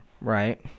right